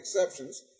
exceptions